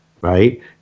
right